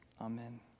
amen